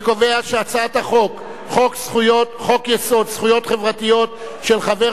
אני קובע שהצעת חוק-יסוד: זכויות חברתיות, של חבר